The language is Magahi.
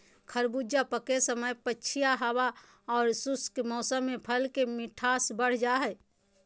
खरबूजा पके समय पछिया हवा आर शुष्क मौसम में फल के मिठास बढ़ जा हई